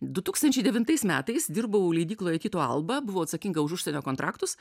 du tūkstančiai devintais metais dirbau leidykloje tyto alba buvau atsakinga už užsienio kontraktus